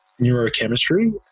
neurochemistry